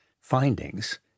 findings